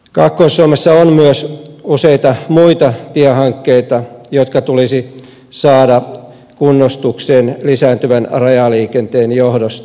kaakkois suomessa on myös useita muita tiehankkeita jotka tulisi saada kunnostukseen lisääntyvän rajaliikenteen johdosta